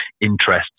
interests